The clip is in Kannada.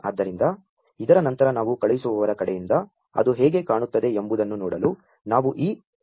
ಆದ್ದರಿಂ ದ ಇದರ ನಂ ತರ ನಾ ವು ಕಳು ಹಿಸು ವವರ ಕಡೆಯಿಂ ದ ಅದು ಹೇ ಗೆ ಕಾ ಣು ತ್ತದೆ ಎಂ ಬು ದನ್ನು ನೋ ಡಲು ನಾ ವು ಈ ಕನ್ಸೋ ಲ್ಗೆ ಹೋ ಗು ತ್ತೇ ವೆ